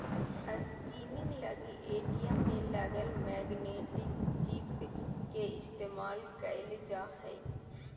skimming लगी ATM में लगल मैग्नेटिक चिप के इस्तेमाल कइल जा हइ